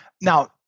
Now